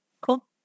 Cool